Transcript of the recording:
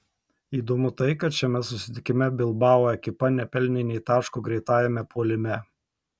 įdomu tai kad šiame susitikime bilbao ekipa nepelnė nė taško greitajame puolime